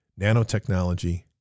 nanotechnology